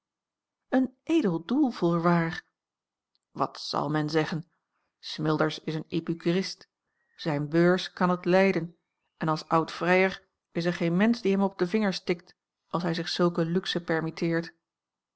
een edel doel voorwaar wat zal men zeggen smilders is een epicurist zijne beurs kan het lijden en als oud vrijer is er geen mensch die hem op de vingers tikt als hij zich zulke luxe permitteert